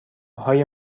های